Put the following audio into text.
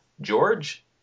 George